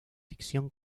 ficción